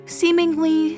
seemingly